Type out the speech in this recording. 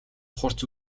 хурц